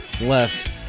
left